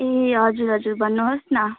ए हजुर हजुर भन्नुहोस् न